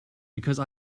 because